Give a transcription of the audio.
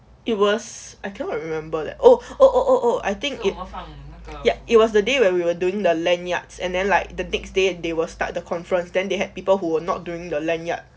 it was I cannot remember that oh oh oh I think it ya it was the day when we were doing the lanyards and then like the next day they will start the conference then they had people who were not doing the lanyards